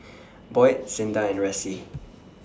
Boyd Cinda and Ressie